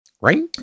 Right